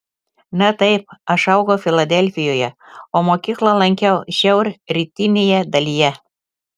na taip aš augau filadelfijoje o mokyklą lankiau šiaurrytinėje dalyje